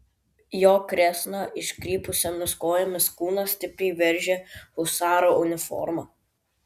jo kresną iškrypusiomis kojomis kūną stipriai veržia husaro uniforma